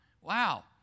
wow